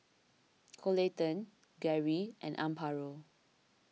Coleton Gerri and Amparo